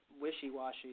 wishy-washy